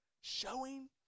Showing